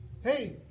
hey